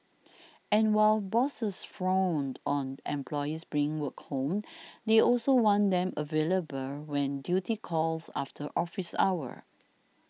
and while bosses frown on employees bringing work home they also want them available when duty calls after office hours